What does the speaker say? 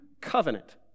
covenant